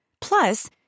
Plus